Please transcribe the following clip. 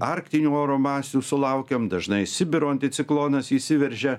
arktinių oro masių sulaukiam dažnai sibiro anticiklonas įsiveržia